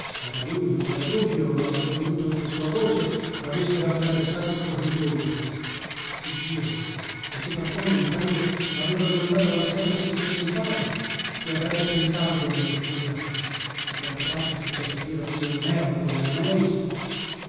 era lui non cera dubbio lo avevo veduto nella sua voce avessero attraversato il corridojo fuggire e se papiano entrando aveva domandato alla serva sio fossi in casa che avrebbe pensato della mia fuga ma daltra parte se già sapeva chio non ero adriano meis